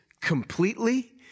completely